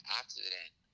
accident